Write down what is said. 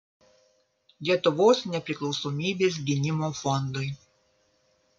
lietuvos nepriklausomybės gynimo fondui